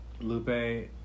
Lupe